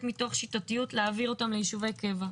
מתוך שיטתיות להעביר אותם ליישובי קבע,